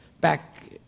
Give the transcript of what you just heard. back